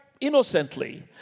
innocently